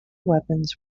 weapons